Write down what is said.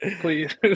please